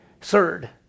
Third